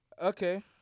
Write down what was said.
Okay